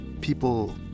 people